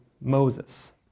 Moses